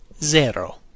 zero